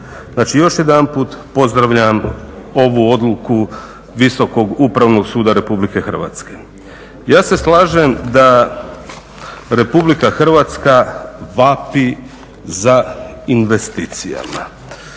još jedanput pozdravljam ovu odluku Visokog upravnog suda Republike Hrvatske. Ja se slažem da Republika Hrvatska vapi za investicijama